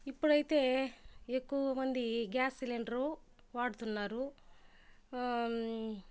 ఇప్పుడైతే ఎక్కువ మంది గ్యాస్ సిలిండరు వాడుతున్నారు